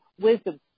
wisdom